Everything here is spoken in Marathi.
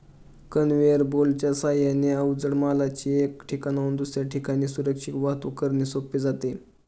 कन्व्हेयर बेल्टच्या साहाय्याने अवजड मालाची एका ठिकाणाहून दुसऱ्या ठिकाणी सुरक्षित वाहतूक करणे सोपे जाते